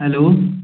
hello